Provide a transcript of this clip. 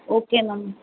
okay ma'am